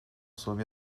sob